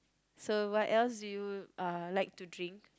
so what else do you uh like to drink